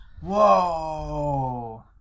Whoa